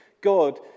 God